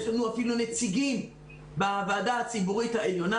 יש לנו אפילו נציגים בוועדה הציבורית העליונה.